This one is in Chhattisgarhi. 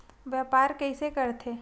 व्यापार कइसे करथे?